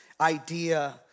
idea